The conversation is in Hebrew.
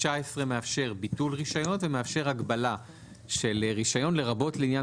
סעיף 19 מאפשר ביטול רישיון ומאפשר הגבלה של רישיון לרבות לעניין